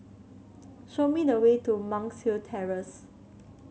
show me the way to Monk's Hill Terrace